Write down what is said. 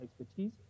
expertise